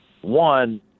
One